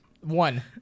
One